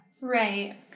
Right